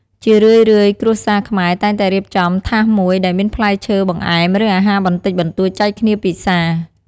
ជារឿយៗ គ្រួសារខ្មែរតែងតែរៀបចំ ថាសមួយ ដែលមានផ្លែឈើ បង្អែម ឬ អាហារបបន្តិចបន្តួចចែកគ្នាពិសា។